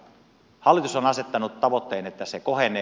hallitus on asettanut tavoitteen että se kohenee